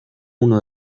uno